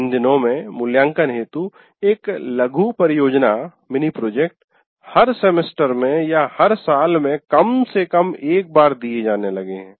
इन दिनों में मूल्याङ्कन हेतु एक लघु परियोजना हर सेमेस्टर में या हर साल में कम से कम एक बार दिए जाने लगे है